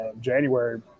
January